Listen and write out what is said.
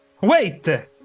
Wait